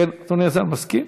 אדוני השר מסכים?